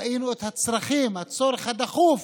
ראינו את הצורך הדחוף